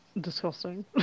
disgusting